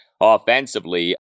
offensively